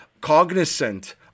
cognizant